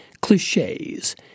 cliches